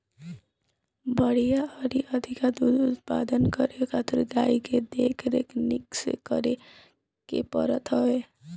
बढ़िया अउरी अधिका दूध उत्पादन करे खातिर गाई के देख रेख निक से करे के पड़त हवे